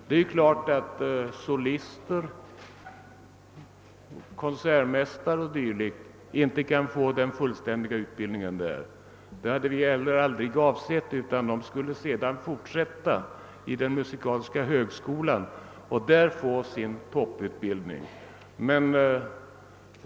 Det är klart att solister, konsertmästare o.s.v. inte kan få en fullständig utbildning på detta stadium, men det hade vi heller aldrig avsett. De skulle fortsätta vid musikhögskolan för att där skaffa sig sin topputbildning.